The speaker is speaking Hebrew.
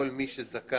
כל מי שזכאי,